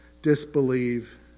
Disbelieve